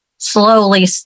slowly